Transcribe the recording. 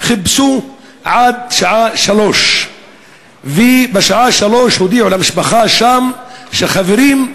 וחיפשו עד שעה 15:00. ובשעה 15:00 הודיעו למשפחה שם: חברים,